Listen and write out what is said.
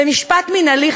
במשפט מינהלי,